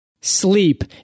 Sleep